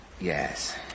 Yes